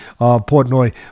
Portnoy